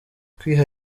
kwiha